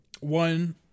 One